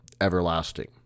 everlasting